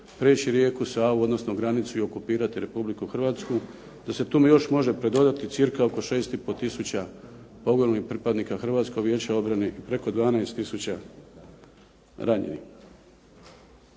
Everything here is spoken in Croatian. prijeći rijeku Savu odnosno granicu i okupirati Republiku Hrvatsku, da se tome još može pridodati cirka oko 6,5 tisuća poginulih pripadnika Hrvatskog vijeća obrane i preko 12 tisuća ranjenih.